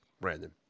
Brandon